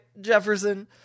Jefferson